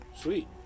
sweet